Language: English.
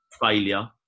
failure